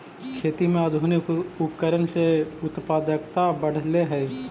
खेती में आधुनिक उपकरण से उत्पादकता बढ़ले हइ